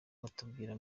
watubwira